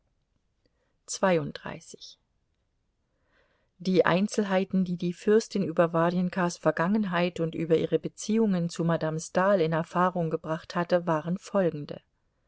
die einzelheiten die die fürstin über warjenkas vergangenheit und über ihre beziehungen zu madame stahl in erfahrung gebracht hatte waren folgende